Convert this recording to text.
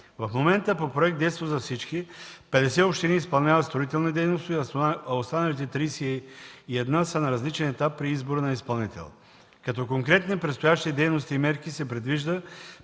В момента по проект „Детство за всички“ 50 общини изпълняват строителни дейности, а останалите 31 са на различен етап при избора на изпълнител. Като конкретни предстоящи дейности и мерки се предвижда